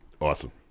Awesome